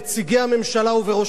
ובראשם ראש הממשלה,